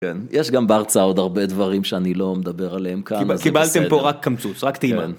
יש גם בהרצאה עוד הרבה דברים שאני לא מדבר עליהם כאן. קיבלתם פה רק קמצוץ, רק טעימה.